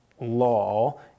law